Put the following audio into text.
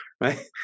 right